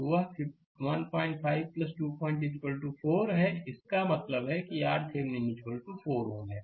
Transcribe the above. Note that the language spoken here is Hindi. तो वह 15 25 4 Ω है इसका मतलब है कि यह RThevenin 4 Ω है